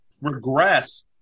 regress